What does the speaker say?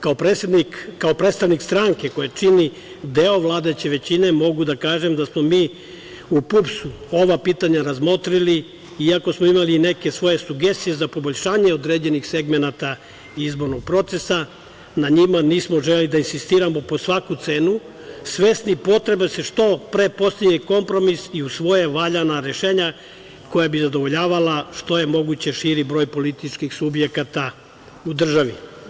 Kao predstavnik stranke koja čini deo vladajuće većine, mogu da kažem da smo mi u PUPS ova pitanja razmotrili, iako smo imali neke svoje sugestije za poboljšanje određenih segmenata izbornog procesa, na njima nismo želeli da insistiramo po svaku cenu, svesni potrebe da se što pre postigne kompromis i usvoje valjana rešenja koja bi zadovoljavala što je moguće širi broj političkih subjekata u državi.